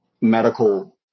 medical